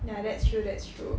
ya that's true that's true